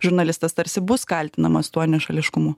žurnalistas tarsi bus kaltinamas tuo nešališkumu